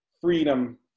freedom